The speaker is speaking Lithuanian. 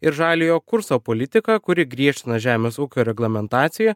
ir žaliojo kurso politika kuri griežtina žemės ūkio reglamentaciją